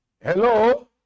Hello